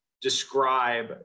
describe